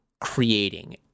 creating